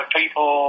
people